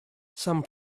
some